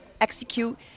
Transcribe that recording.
execute